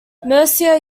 mercer